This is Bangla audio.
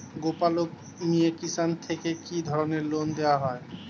গোপালক মিয়ে কিষান থেকে কি ধরনের লোন দেওয়া হয়?